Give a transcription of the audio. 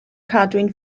cadwyn